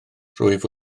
rwyf